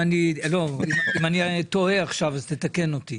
אם אני טועה עכשיו אז תתקן אותי.